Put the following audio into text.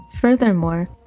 Furthermore